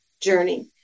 journey